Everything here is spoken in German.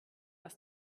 als